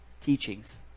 teachings